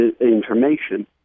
information